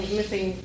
missing